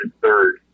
third